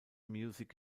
music